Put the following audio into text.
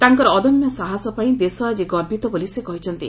ତାଙ୍କର ଅଦମ୍ୟ ସାହସ ପାଇଁ ଦେଶ ଆଜି ଗର୍ବିତ ବୋଲି ସେ କହିଛନ୍ତି